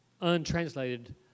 untranslated